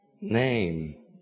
name